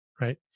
right